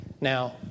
Now